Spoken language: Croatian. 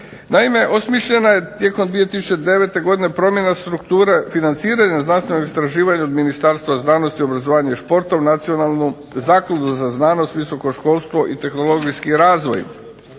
Naime, osmišljena je tijekom 2009. godine promjena strukture, financiranja znanstvenog istraživanja, od Ministarstva znanosti, obrazovanja i športa u nacionalnu zakladu za znanost, visoko školstvo i tehnologijski razvoj.